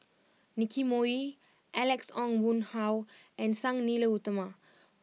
Nicky Moey Alex Ong Boon Hau and Sang Nila Utama